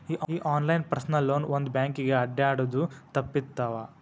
ಈ online personal loan ಬಂದ್ ಬ್ಯಾಂಕಿಗೆ ಅಡ್ಡ್ಯಾಡುದ ತಪ್ಪಿತವ್ವಾ